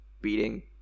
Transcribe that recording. beating